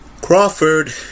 Crawford